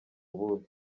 ubuhe